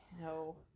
No